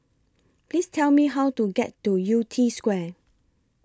Please Tell Me How to get to Yew Tee Square